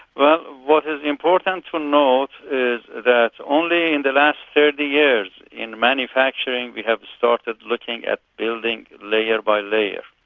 but what is important to note is that only in the last thirty years in manufacturing, we have started looking at building layer by layer.